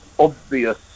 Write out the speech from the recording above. Obvious